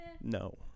no